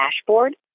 dashboard